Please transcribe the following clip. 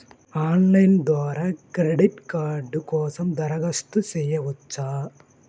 Online ద్వారా credit card కోసం దరఖాస్తు చేయవచ్చా?